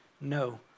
No